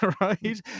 right